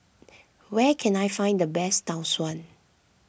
where can I find the best Tau Suan